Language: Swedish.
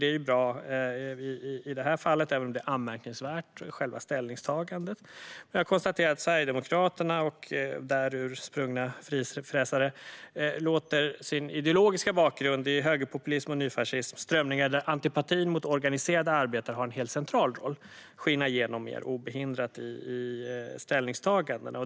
Det är bra i detta fall, även om själva ställningstagandet är anmärkningsvärt. Jag konstaterar att Sverigedemokraterna och därur sprungna frifräsare låter sin ideologiska bakgrund i högerpopulism och nyfascism - strömningar där antipatin mot organiserade arbetare har en central roll - skina igenom mer obehindrat i ställningstagandena.